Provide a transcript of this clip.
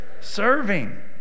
serving